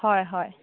হয় হয়